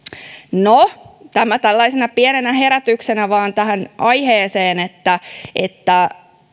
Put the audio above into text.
no tämä vain tällaisena pienenä herätyksenä tähän aiheeseen että että